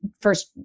first